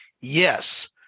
Yes